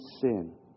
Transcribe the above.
sin